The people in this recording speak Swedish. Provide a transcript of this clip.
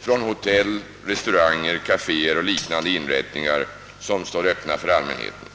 från hotell, restauranger, kaféer och liknande inrättningar som står öppna för allmänheten.